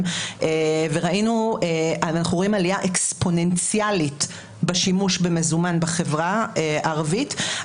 ואנחנו רואים עלייה אקספוננציאלית בשימוש במזומן בחברה הערבית.